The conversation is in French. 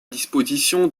disposition